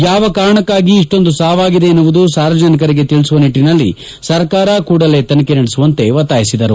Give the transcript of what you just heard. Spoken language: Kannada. ಯಾವ ಕಾರಣಕ್ಕಾಗಿ ಇಷ್ಲೊಂದು ಸಾವಾಗಿದೆ ಎಂಬುವುದು ಸಾರ್ವಜನಿಕರಿಗೆ ತಿಳಿಸುವ ನಿಟ್ಟನಲ್ಲಿ ಸರ್ಕಾರ ಕೂಡಲೇ ತನಿಖೆ ನಡೆಸುವಂತೆ ಒತ್ತಾಯಿಸಿದರು